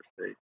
state